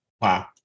wow